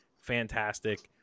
Fantastic